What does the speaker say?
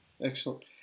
Excellent